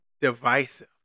divisive